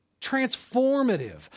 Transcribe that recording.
transformative